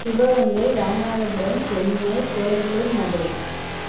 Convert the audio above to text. Sivaganga Ramanathapuram Chennai Coimbatore Madurai